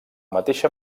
mateixa